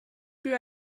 rue